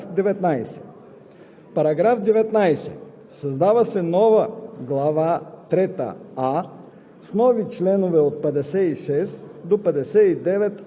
Комисията подкрепя по принцип текста на вносителя и предлага следната редакция на § 18, който става § 19: „§ 19.